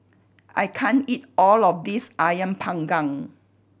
I can't eat all of this Ayam Panggang